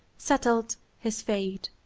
settled his fate.